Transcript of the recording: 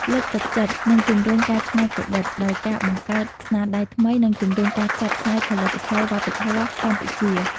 លើកទឹកចិត្ត និងជំរុញការច្នៃប្រឌិត ដោយការបង្កើតស្នាដៃថ្មី និងជំរុញការផ្សព្វផ្សាយផលិតផលវប្បធម៌កម្ពុជា។